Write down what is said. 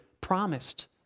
promised